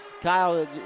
Kyle